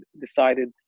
decided